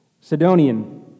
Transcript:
Sidonian